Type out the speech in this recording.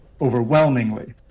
overwhelmingly